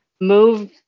move